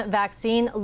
vaccine